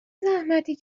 زحمتی